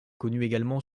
connu